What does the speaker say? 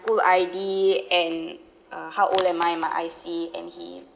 school I_D and uh how old am I and my I_C and he